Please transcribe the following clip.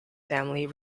family